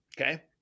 Okay